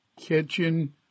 Kitchen